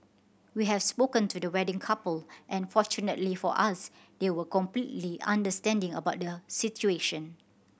we have spoken to the wedding couple and fortunately for us they were completely understanding about the situation